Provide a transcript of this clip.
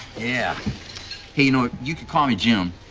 yeah, hey you know you can call me jim.